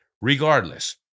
Regardless